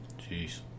Jeez